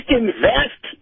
invest